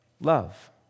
love